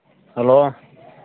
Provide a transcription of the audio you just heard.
hello